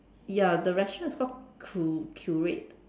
ya the restaurant is called cu~ curate